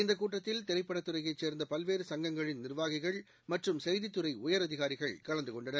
இந்தக் கூட்டத்தில் திரைப்படத்துறையைசேர்ந்தபல்வேறு சங்கங்களின் நிர்வாகிகள் மற்றும் செய்தித்துறைஉயரதிகாரிகள் கலந்துகொண்டனர்